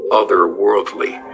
otherworldly